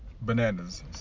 bananas